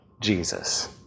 Jesus